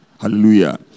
Hallelujah